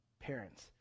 parents